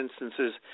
instances